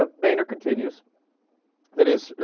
ah bainer continues that is